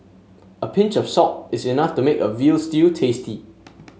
a pinch of salt is enough to make a veal stew tasty